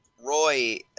Roy